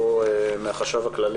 בוקר טוב אדוני היושב-ראש, בוקר טוב לכולם.